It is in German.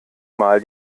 mal